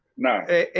No